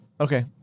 Okay